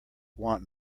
want